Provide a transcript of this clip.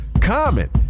Comment